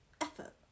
Effort